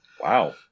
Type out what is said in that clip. Wow